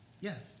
yes